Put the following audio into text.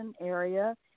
area